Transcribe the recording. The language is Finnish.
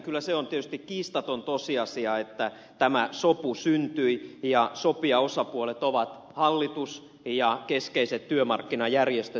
kyllä se on tietysti kiistaton tosiasia että tämä sopu syntyi ja sopijaosapuolet ovat hallitus ja keskeiset työmarkkinajärjestöt